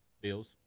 Bills